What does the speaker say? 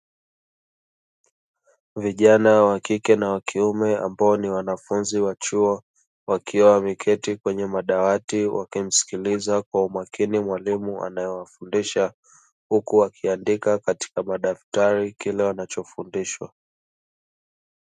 Vijana wakike na wakiume ambao ni wanafunzi wa chuo wakiwa wameketi kwenye madawati wakimsikiliza mwalimu anayefundisha, huku wakiandika kwenye madaftari kile wanachofundishwa.